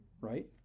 Right